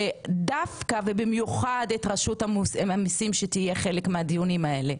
ודווקא ובמיוחד את רשות המיסים שתהיה חלק מהדיונים האלה?